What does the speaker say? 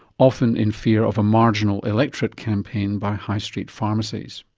often in fear of a marginal electorate campaign by high street pharmacies.